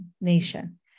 nation